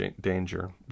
danger